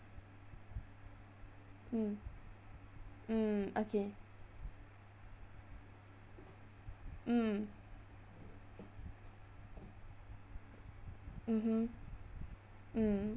mm mm okay mm mmhmm mm